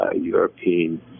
European